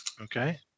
Okay